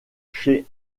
ces